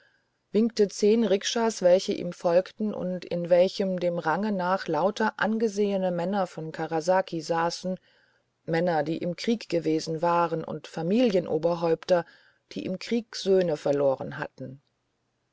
winkte zehn rikschas welche ihm folgten und in welchen dem range nach lauter angesehene männer von karasaki saßen männer die im krieg gewesen waren und familienoberhäupter die im krieg söhne verloren hatten